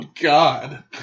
God